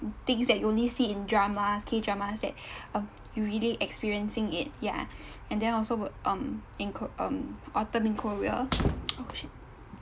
things that you only see in dramas K dramas that uh you really experiencing it ya and then also got um in ko~ um autumn in korea oh shit